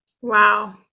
Wow